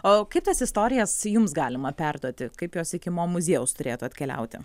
o kaip tas istorijas jums galima perduoti kaip jos iki mo muziejaus turėtų atkeliauti